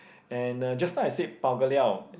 and uh just now I said bao-ka-liao